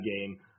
game